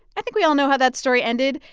i think we all know how that story ended.